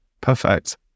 Perfect